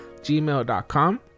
gmail.com